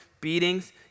beatings